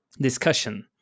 discussion